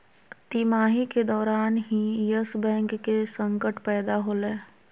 तिमाही के दौरान ही यस बैंक के संकट पैदा होलय